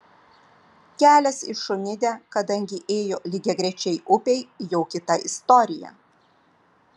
kelias į šunidę kadangi ėjo lygiagrečiai upei jau kita istorija